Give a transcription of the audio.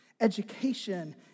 education